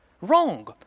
Wrong